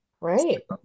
right